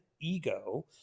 ego